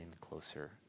closer